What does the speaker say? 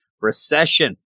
recession